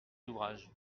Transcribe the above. d’ouvrage